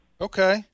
Okay